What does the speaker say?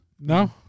No